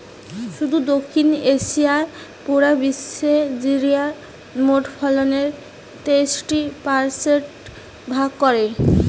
শুধু দক্ষিণ এশিয়াই পুরা বিশ্বের জিরার মোট ফলনের তেষট্টি পারসেন্ট ভাগ করে